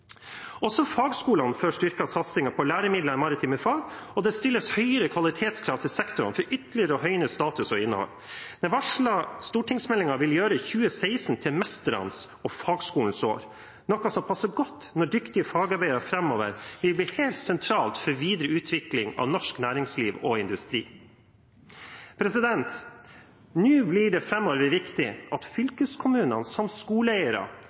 Også fagskolene får styrket satsingen på læremidler i maritime fag, og det stilles høyere kvalitetskrav til sektoren for ytterligere å høyne status og innhold. Den varslede stortingsmeldingen vil gjøre 2016 til mesternes og fagskolenes år, noe som passer godt når dyktige fagarbeidere framover vil bli helt sentralt for videre utvikling av norsk næringsliv og industri. Nå blir det viktig framover at fylkeskommunene som skoleeiere